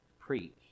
preach